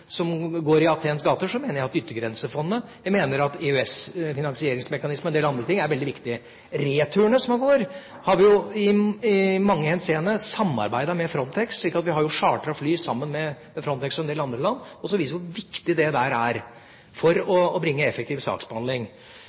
går i Athens gater, mener jeg at Yttergrensefondet, EØS-finansieringsmekanismen og en del andre ting er veldig viktige. Returene som går, har vi i mange henseender samarbeidet med Frontex om. Vi har chartret fly sammen med Frontex og en del andre land, som viser hvor viktig det er for å bringe effektiv saksbehandling.